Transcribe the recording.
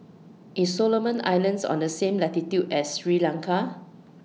IS Solomon Islands on The same latitude as Sri Lanka